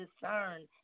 discern